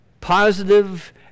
positive